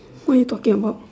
what are you talking about